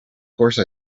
course